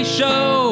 show